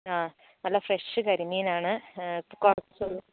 ആ നല്ല ഫ്രഷ് കരിമീൻ ആണ്